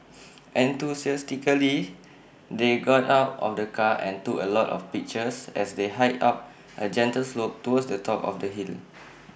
enthusiastically they got out of the car and took A lot of pictures as they hiked up A gentle slope towards the top of the hill